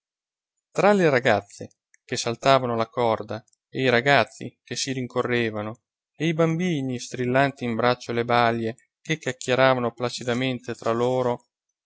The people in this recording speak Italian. tra le ragazze che saltavano la corda e i ragazzi che si rincorrevano e i bambini strillanti in braccio alle balie che chiacchieravano placidamente tra loro